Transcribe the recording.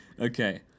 Okay